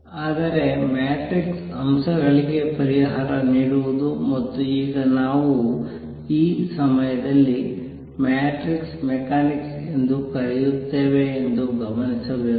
ಆದರೆ ಮ್ಯಾಟ್ರಿಕ್ಸ್ ಅಂಶಗಳಿಗೆ ಪರಿಹಾರ ನೀಡುವುದು ಮತ್ತು ಈಗ ನಾವು ಈ ಸಮಯದಲ್ಲಿ ಮ್ಯಾಟ್ರಿಕ್ಸ್ ಮೆಕ್ಯಾನಿಕ್ಸ್ ಎಂದು ಕರೆಯುತ್ತೇವೆ ಎಂದು ಗಮನಿಸಬೇಕು